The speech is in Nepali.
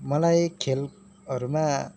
मलाई खेलहरूमा